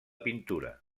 pintura